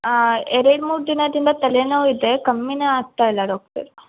ಎರಡ್ಮೂರು ದಿನದಿಂದ ತಲೆನೋವಿದೆ ಕಮ್ಮಿನೇ ಆಗ್ತಾ ಇಲ್ಲ ಡಾಕ್ಟರ್